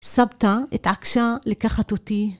סבתא התעקשה לקחת אותי.